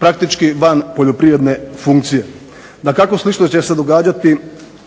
praktički van poljoprivredne funkcije. Dakako, slično će se događati